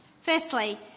Firstly